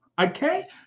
Okay